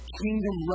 kingdom